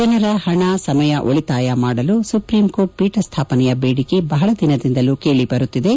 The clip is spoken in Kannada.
ಜನರ ಹಣ ಸಮಯ ಉಳಿತಾಯ ಮಾಡಲು ಸುಪ್ರೀಂ ಕೋರ್ಟ್ ಪೀಠ ಸ್ಥಾಪನೆಯ ಬೇದಿಕೆ ಬಹಳ ದಿನಗಳಿಂದಲೂ ಕೇಳಿ ಬರುತ್ತಿದೆ